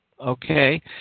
okay